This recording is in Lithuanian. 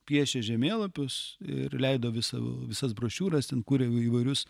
piešė žemėlapius ir leido savo visas brošiūras ten kuria įvairius